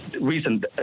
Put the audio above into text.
recent